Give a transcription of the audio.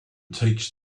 teach